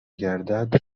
گردد